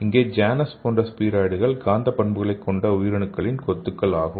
இங்கே ஜானஸ் போன்ற ஸ்பீராய்டுகள் காந்த பண்புகளைக் கொண்ட உயிரணுக்களின் கொத்துகள் ஆகும்